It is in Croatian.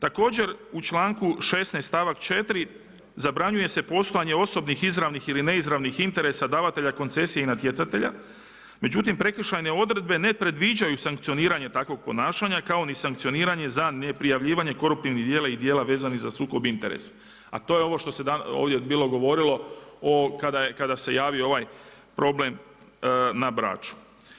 Također, u članku 16. stavak 4., zabranjuje se poslovanje izravnih ili neizravnih interesa davatelja koncesije i natjecatelja, međutim, prekršajne odredbe ne predviđaju sankcioniranje takvog ponašanja kao ni sankcioniranje za neprijavljivanje koruptivnih djela i djela vezanih za sukob interesa a to je ovo što se danas bilo govorilo kada se javio ovaj problem na Braču.